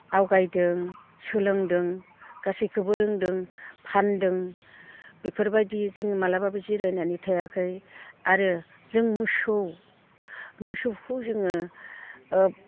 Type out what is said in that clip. आवगायदों सोलोंदों गासैखोबो रोंदों फान्दों बेफोरबायदि जोङो मालाबाबो जिरायनानै थायाखै आरो जों मोसौ मोसौखौ जोङो